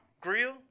grill